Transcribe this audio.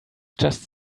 just